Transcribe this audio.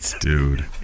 Dude